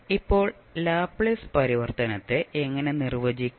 ഇപ്പോൾ ലാപ്ലേസ് പരിവർത്തനത്തെ എങ്ങനെ നിർവചിക്കും